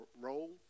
role